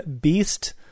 Beast